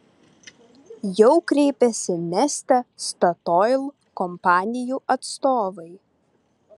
jau kreipėsi neste statoil kompanijų atstovai